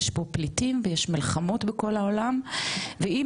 יש פה פליטים ויש מלחמות בכל העולם ואם